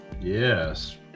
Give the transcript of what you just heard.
yes